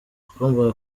twagombaga